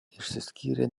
išsiskyrė